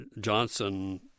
Johnson